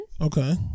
Okay